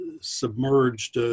submerged